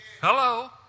Hello